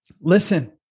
listen